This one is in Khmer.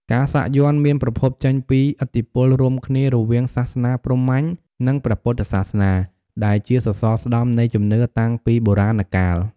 ការសាក់យ័ន្តមានប្រភពចេញពីឥទ្ធិពលរួមគ្នារវាងសាសនាព្រហ្មញ្ញ និងព្រះពុទ្ធសាសនា ដែលជាសសរស្តម្ភនៃជំនឿតាំងពីបុរាណកាល។